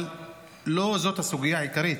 אבל לא זאת הסוגיה העיקרית.